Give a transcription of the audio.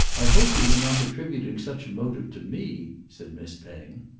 i hope you are not attributing such a motive to me, said miss penge.